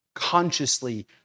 consciously